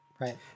Right